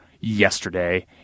yesterday